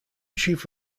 chief